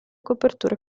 coperture